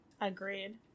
agreed